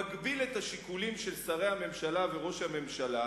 מגביל את השיקולים של שרי הממשלה וראש הממשלה,